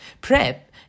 PrEP